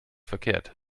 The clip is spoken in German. verkehrt